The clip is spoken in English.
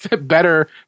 better